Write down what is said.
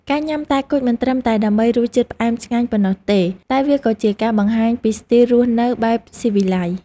ការញ៉ាំតែគុជមិនត្រឹមតែដើម្បីរសជាតិផ្អែមឆ្ងាញ់ប៉ុណ្ណោះទេតែវាក៏ជាការបង្ហាញពីស្ទីលរស់នៅបែបស៊ីវិល័យ។